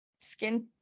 skin